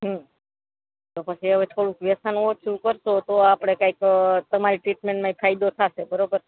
તો પછી હવે થોડુંક વ્યસન ઓછું કરશો તો આપણે કંઈક તમારી ટ્રીટમેન્ટમાંય ફાયદો થશે બરાબર